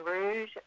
Rouge